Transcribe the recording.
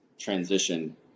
transition